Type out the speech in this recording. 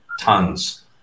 tons